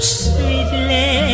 sweetly